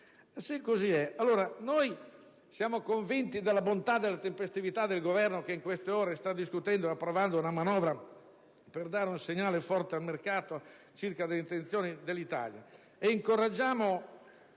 se così è, siamo convinti della bontà e della tempestività del Governo che in queste ore sta discutendo e definendo una manovra per dare un segnale forte al mercato circa le intenzioni dell'Italia ed incoraggiamo